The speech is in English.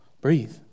breathe